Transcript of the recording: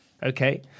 Okay